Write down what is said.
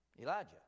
Elijah